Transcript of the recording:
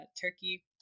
Turkey